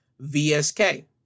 VSK